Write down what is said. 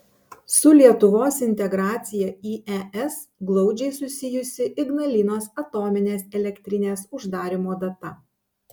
su lietuvos integracija į es glaudžiai susijusi ignalinos atominės elektrinės uždarymo data